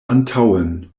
antaŭen